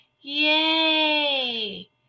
Yay